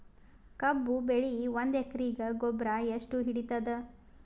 ಕಬ್ಬು ಬೆಳಿ ಒಂದ್ ಎಕರಿಗಿ ಗೊಬ್ಬರ ಎಷ್ಟು ಹಿಡೀತದ?